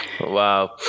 Wow